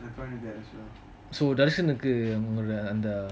so dashain அவங்களோட அந்த:avangaloda antha